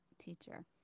teacher